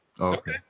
Okay